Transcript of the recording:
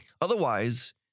Otherwise